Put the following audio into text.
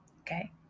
Okay